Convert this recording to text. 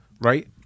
Right